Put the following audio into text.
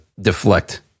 deflect